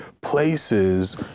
places